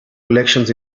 elections